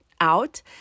out